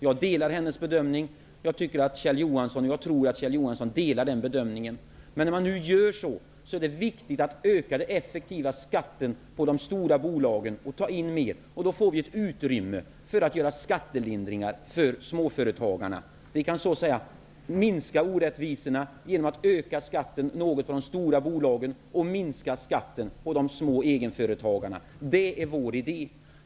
Jag gör samma bedömning, och jag tror att Kjell Johansson också gör samma bedömning. Men när det nu är så, är det viktigt att den effektiva skatten för de stora bolagen ökas. Mer skatt kommer då in, och ett utrymme för skattelindringar när det gäller småföretagen skapas. Man kan säga att man minskar orättvisorna genom att öka skatten något för de stora bolagen och minska skatten för de små egenföretagen. Det är vår idé.